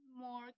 more